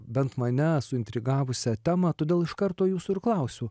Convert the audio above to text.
bent mane suintrigavusią temą todėl iš karto jūsų ir klausiu